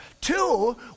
Two